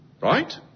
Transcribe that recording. Right